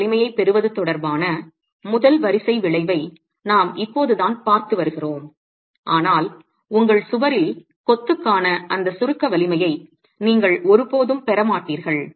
சுருக்க வலிமையைப் பெறுவது தொடர்பான முதல் வரிசை விளைவை நாம் இப்போதுதான் பார்த்து வருகிறோம் ஆனால் உங்கள் சுவரில் கொத்துக்கான அந்த சுருக்க வலிமையை நீங்கள் ஒருபோதும் பெற மாட்டீர்கள்